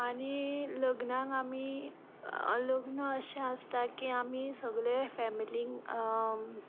आनी लग्नाक आमी लग्न अशें आसता की आमी सगले फॅमिलीक